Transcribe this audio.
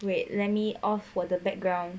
wait let me off 我的 background